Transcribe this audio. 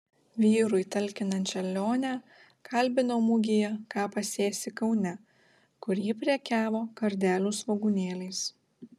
vyrui talkinančią lionę kalbinau mugėje ką pasėsi kaune kur ji prekiavo kardelių svogūnėliais